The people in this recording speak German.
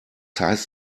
heißt